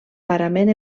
parament